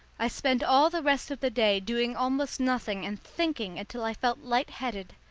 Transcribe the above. i spent all the rest of the day doing almost nothing and thinking until i felt light-headed.